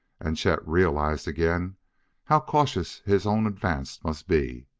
and chet realized again how cautious his own advance must be.